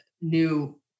new